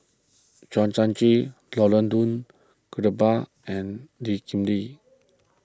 Thio Chan Laurence Nunns Guillemard and Lee Kip Lee